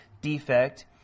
defect